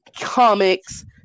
comics